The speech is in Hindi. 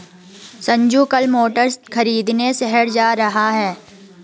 संजू कल मोटर खरीदने शहर जा रहा है